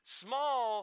small